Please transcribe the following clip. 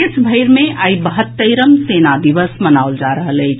देश भरि मे आइ बहत्तरिम सेना दिवस मनाओल जा रहल अछि